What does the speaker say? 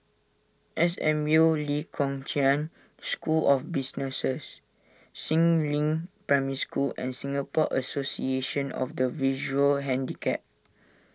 S M U Lee Kong Chian School of Businesses Si Ling Primary School and Singapore Association of the Visual Handicapped